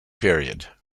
period